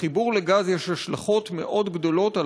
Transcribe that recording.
לחיבור לגז יש השלכות מאוד גדולות על